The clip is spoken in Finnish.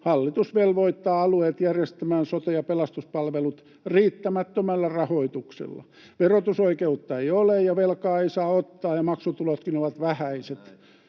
hallitus velvoittaa alueet järjestämään sote- ja pelastuspalvelut riittämättömällä rahoituksella. Verotusoikeutta ei ole, ja velkaa ei saa ottaa, ja maksutulotkin ovat vähäiset.